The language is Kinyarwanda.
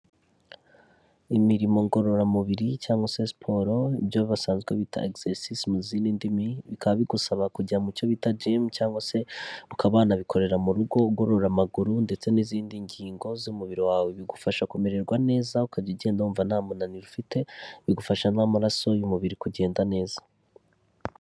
Imirimo ngororamubiri cyangwa se siporo ibyo basanzwe bita egisesizi mu zindi ndimi, bikaba bigusaba kujya mu cyo bita jimu cyangwa se ukaba wanabikorera mu rugo ugorora amaguru ndetse n'izindi ngingo z'umubiri wawe, bigufasha kumererwa neza ukajya ugenda wumva nta munaniro ufite, bigufasha n'amaraso y'umubiri kugenda neza.